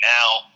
now